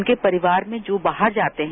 उनके परिवार में जो बाहर जाते हैं